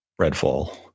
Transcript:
Redfall